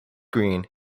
green